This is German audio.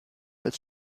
als